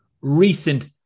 recent